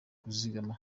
kwizigama